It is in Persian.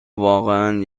واقعا